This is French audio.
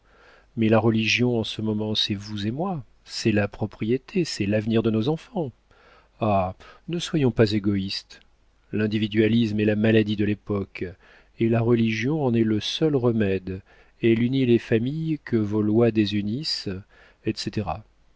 mais la religion en ce moment c'est vous et moi c'est la propriété c'est l'avenir de nos enfants ah ne soyons pas égoïstes l'individualisme est la maladie de l'époque et la religion en est le seul remède elle unit les familles que vos lois désunissent etc